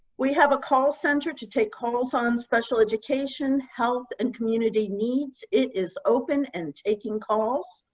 we have a call center to take calls on special education, health, and community needs. it is open and taking calls.